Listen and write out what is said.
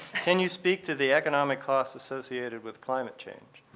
can you speak to the economic costs associated with climate change